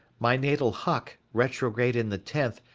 my natal huck, retrograde in the tenth,